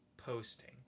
posting